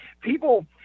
people